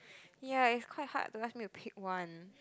ya is quite hard to ask me to pick one